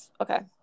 Okay